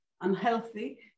unhealthy